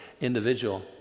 individual